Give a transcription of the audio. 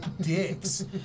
dicks